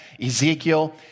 Ezekiel